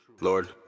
Lord